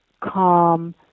calm